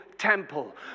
temple